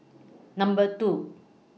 Number two